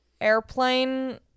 airplane